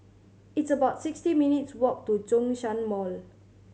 it's about sixty minutes' walk to Zhongshan Mall